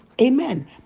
Amen